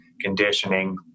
conditioning